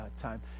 time